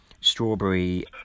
strawberry